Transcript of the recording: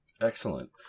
excellent